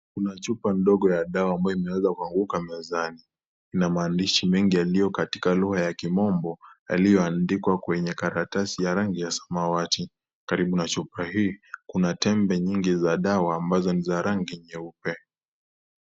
Kuna chupa ndogo ya dawa ambayo imeweza kuanguka mezani. Ina maandishi mengi yaliyo katika lugha ya komombo. Yaliyoandikwa kwenye karatasi ya rangi ya samawati. Karibu na chupa hili kuna tembe nyingi za dawa ambazo ni za rangi nyeupe.